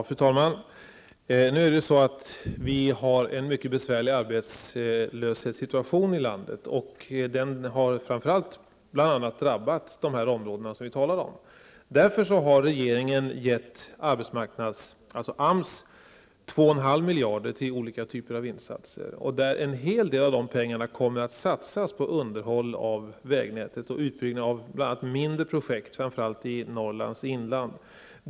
Fru talman! Vi har nu en besvärlig situation med arbetslösheten i landet. Den har framför allt drabbat de områden vi talar om. Därför har regeringen givit AMS 2,5 miljarder till olika typer av insatser. En hel del av de pengarna kommer att satsas på underhåll av vägnätet och utbyggnad av bl.a. mindre projekt, framför allt i Norrlands inland.